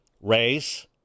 race